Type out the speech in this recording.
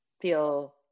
feel